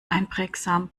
einprägsam